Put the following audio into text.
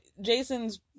Jason's